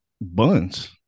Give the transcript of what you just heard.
buns